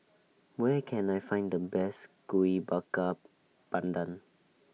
Where Can I Find The Best Kuih Bakar Pandan